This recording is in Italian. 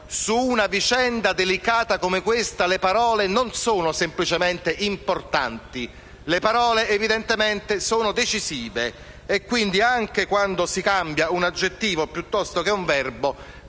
su una vicenda delicata come questa le parole non sono semplicemente importanti, ma evidentemente sono decisive. Pertanto, anche quando si cambia un aggettivo o un verbo,